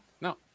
No